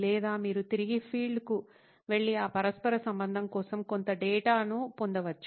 లేదా మీరు తిరిగి ఫీల్డ్కు వెళ్లి ఆ పరస్పర సంబంధం కోసం కొంత డేటాను పొందవచ్చు